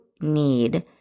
need